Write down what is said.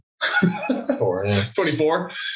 24